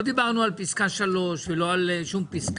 לא דיברנו על פסקה (3) ולא על שום פסקה.